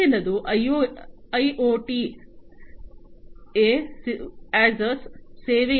ಮುಂದಿನದು IoT as a ಸೇವೆಯಾಗಿದೆ